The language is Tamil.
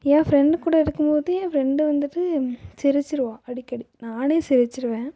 என் ஃப்ரெண்டு கூட இருக்கும் போது என் ஃப்ரெண்டு வந்துட்டு சிரிச்சிடுவா அடிக்கடி நானே சிரிச்சிடுவேன்